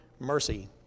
Mercy